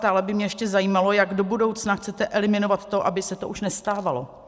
Stále by mě ještě zajímalo, jak do budoucna chcete eliminovat to, aby se to už nestávalo.